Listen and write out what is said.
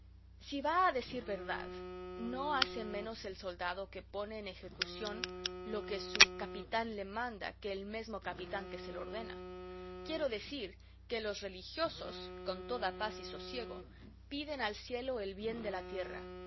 si va a decir verdad no hace menos el soldado que pone en ejecución lo que su capitán le manda que el mesmo capitán que se lo ordena quiero decir que los religiosos con toda paz y sosiego piden al cielo el bien de la tierra